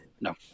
No